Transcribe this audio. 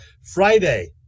Friday